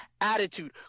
attitude